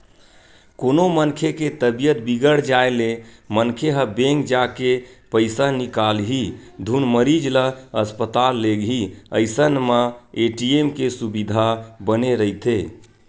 कोनो मनखे के तबीयत बिगड़ जाय ले मनखे ह बेंक जाके पइसा निकालही धुन मरीज ल अस्पताल लेगही अइसन म ए.टी.एम के सुबिधा बने रहिथे